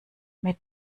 mit